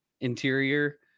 interior